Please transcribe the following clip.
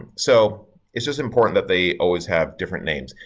so it's just important that they always have different names.